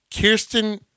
Kirsten –